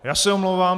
Já se omlouvám.